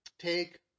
take